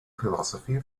philosophy